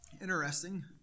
interesting